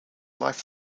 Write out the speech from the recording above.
life